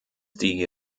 die